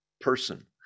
person